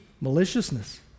maliciousness